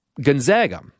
Gonzaga